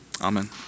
Amen